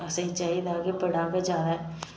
असेंगी चाहिदा कि बड़ा गै जादै